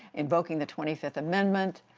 invoking the twenty fifth amendment.